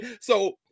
So-